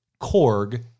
Korg